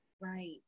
Right